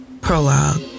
Prologue